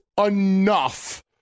enough